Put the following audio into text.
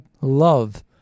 love